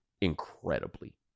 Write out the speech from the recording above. incredibly